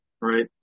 right